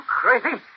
crazy